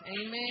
amen